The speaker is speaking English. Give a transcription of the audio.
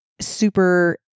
super